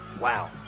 Wow